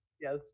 yes